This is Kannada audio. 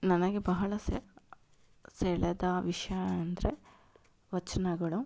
ನನಗೆ ಬಹಳ ಸೆಳೆದ ವಿಷಯ ಅಂದರೆ ವಚನಗಳು